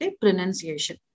pronunciation